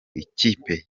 ikipe